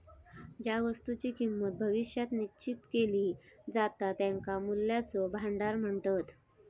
ज्या वस्तुंची किंमत भविष्यात निश्चित केली जाता त्यांका मूल्याचा भांडार म्हणतत